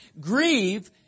grieve